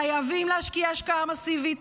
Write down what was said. חייבים להשקיע השקעה מסיבית,